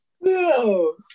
No